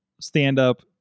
stand-up